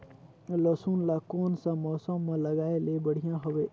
लसुन ला कोन सा मौसम मां लगाय ले बढ़िया हवे?